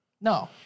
No